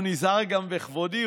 הוא נזהר גם בכבודי,